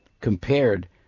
compared